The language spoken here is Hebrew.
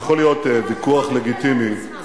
יכול להיות ויכוח לגיטימי, את כללי המשחק.